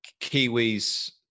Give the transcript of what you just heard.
Kiwis